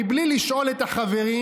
מבלי לשאול את החברים,